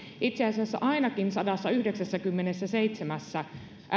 itse asiassa ainakin sadassayhdeksässäkymmenessäseitsemässä